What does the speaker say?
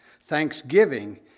Thanksgiving